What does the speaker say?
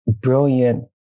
brilliant